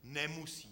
Nemusí.